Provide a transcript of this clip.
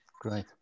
Great